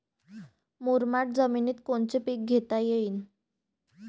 मुरमाड जमिनीत कोनचे पीकं घेता येईन?